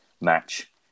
match